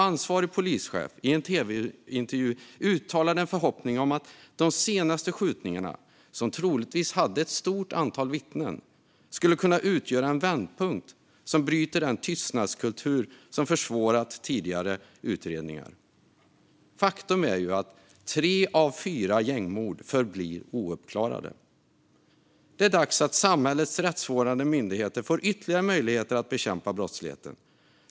Ansvarig polischef uttalade i en tv-intervju en förhoppning om att de senaste skjutningarna, som troligtvis hade ett stort antal vittnen, skulle kunna utgöra en vändpunkt som bryter den tystnadskultur som försvårat tidigare utredningar. Faktum är att tre av fyra gängmord förblir ouppklarade. Det är dags att samhällets rättsvårdande myndigheter får ytterligare möjligheter att bekämpa brottsligheten.